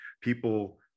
people